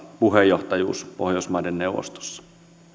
puheenjohtajuuden pohjoismaiden neuvostossa